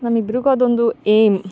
ನಮ್ಮಿಬ್ರಿಗೂ ಅದೊಂದು ಏಮ್